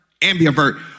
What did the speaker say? ambivert